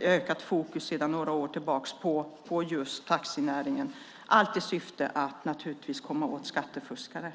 ökat fokus på taxinäringen sedan några år tillbaka i syfte att just komma åt skattefuskare.